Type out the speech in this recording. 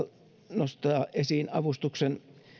nostaa esiin avustuksen